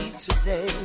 today